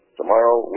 Tomorrow